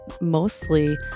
mostly